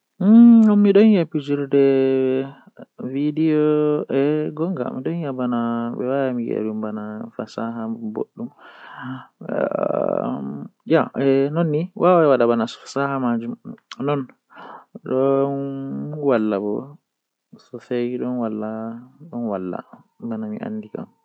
Taalel taalel jannata booyel, Woodi debbo feere ni odon nanga liddi o wala ceede konde o yahan o nanga liddi o yaara luumo o sora ndende feere odon nanga liddi sei o hefti fandu feere be patakewol haa nder man nde o hoosi o fisti o laara patakewol man don windi woodi hawrire feere oyaha o irta woodi ceede haa nder man o hoosa.